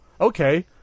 okay